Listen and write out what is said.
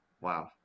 wow